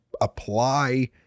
apply